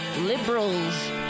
liberals